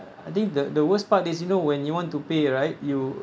I think the the worst part is you know when you want to pay right you